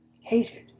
Hated